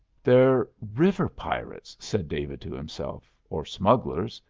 they're river pirates, said david to himself, or smugglers.